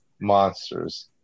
monsters